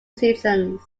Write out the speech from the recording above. seasons